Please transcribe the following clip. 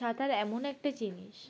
সাঁতার এমন একটা জিনিস